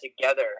together